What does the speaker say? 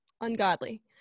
ungodly